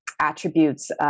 attributes